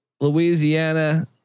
Louisiana